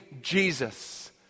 Jesus